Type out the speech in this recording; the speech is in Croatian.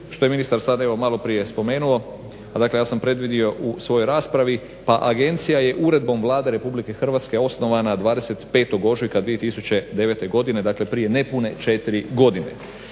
što je ministar sada evo maloprije spomenuo. Dakle ja sam predvidio u svojoj raspravi. Pa agencija je uredbom vlade RH osnovana 25. ožujka 2009. godine dakle prije nepune četiri godine.